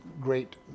great